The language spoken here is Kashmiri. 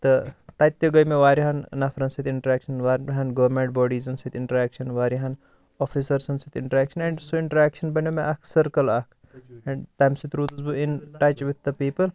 تہٕ تَتہِ تہِ گٔے مےٚ واریاہَن نَفرَن سۭتۍ اِنٹرٛیکشن واریاہَن گورمینٛٹ بوڈیٖزَن سۭتۍ اِنٹرٛیکشَن واریاہَن آفِسرسَن سۭتۍ اِنٹرٛیکشن اینٛڈ سُہ اِنٹرٛیکشَن بَنیوو مےٚ اَکھ سٕرکٕل اَکھ اینٛڈ تَمہِ سۭتۍ روٗدُس بہٕ اِنٹَچ وِد دَ پیٖپٕل